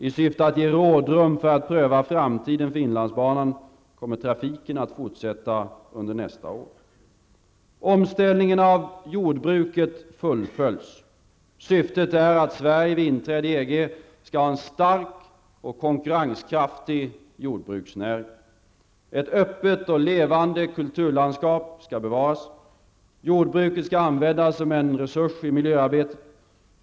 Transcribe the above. I syfte att ge rådrum för att pröva framtiden för Inlandsbanan kommer trafiken att fortsätta under nästa år. Omställningen av jordbruket fullföljs. Syftet är att Sverige vid inträdet i EG skall ha en stark och konkurrenskraftig jordbruksnäring. Ett öppet och levande kulturlandskap skall bevaras. Jordbruket skall användas som en resurs i miljöarbetet.